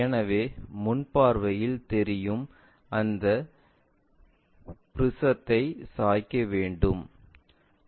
எனவே முன் பார்வையில் தெரியும் அந்த ப்ரிஸத்தை சாய்க்க வேண்டும்